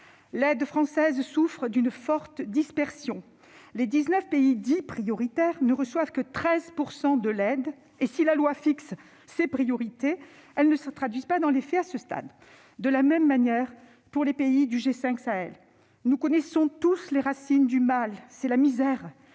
l'aide française souffre d'une forte dispersion. Les 19 pays dits « prioritaires » ne reçoivent que 13 % de l'aide. La loi fixe des priorités qui ne se traduisent pas dans les faits. C'est la même chose pour les pays du G5 Sahel. Tous, nous connaissons les racines du mal : c'est la misère